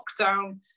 lockdown